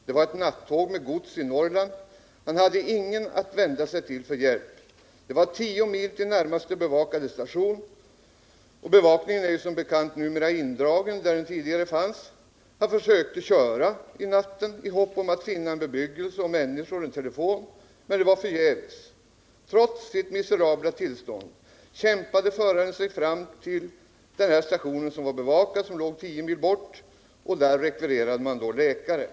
Det var ett nattåg i Norrland med gods. Han hade ingen att vända sig till för att få hjälp. Det var tio mil till närmaste bevakade station. Bevakningen är som bekant numera indragen på ställen där sådan tidigare fanns. Han försökte köra i natten i hopp om att finna bebyggelse, människor eller telefon. Men det var förgäves. Trots sitt miserabla tillstånd kämpade sig föraren de tio milen fram till den bevakade stationen, där man rekvirerade läkare.